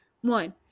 one